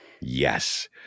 Yes